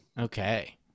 Okay